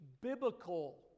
biblical